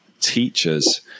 teachers